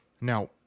Now